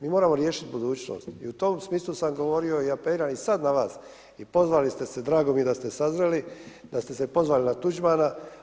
Mi moramo riješit budućnost i u tom smislu sam govorio i apeliram i sad na vas i pozvali ste se, drago mi je da ste sazreli, da ste se pozvali na Tuđmana.